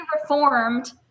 reformed